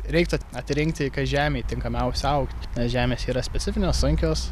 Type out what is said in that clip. reiktų atrinkti kas žemėj tinkamiausia augt nes žemės yra specifinės sunkios